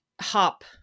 hop